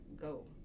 go